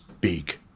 big